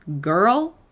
Girl